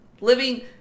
living